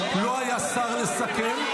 לא היה שר לסכם,